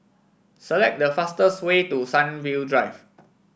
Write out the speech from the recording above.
select the fastest way to Sunview Drive